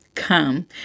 Come